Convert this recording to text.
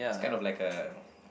it's kind of like a